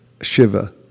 Shiva